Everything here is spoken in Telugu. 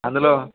అందులో